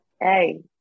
hey